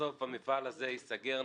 בסוף המפעל הזה ייסגר,